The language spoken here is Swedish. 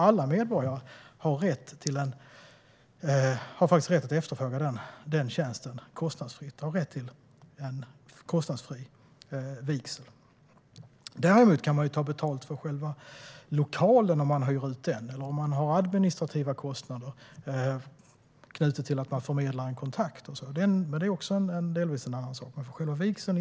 Alla medborgare har rätt att kunna efterfråga denna tjänst kostnadsfritt, alltså en kostnadsfri vigsel. Man kan däremot ta betalt för själva lokalen om man hyr ut den eller om man har administrativa kostnader knutna till att man förmedlar en kontakt. Även detta är delvis en annan sak än själva vigseln.